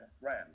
Ram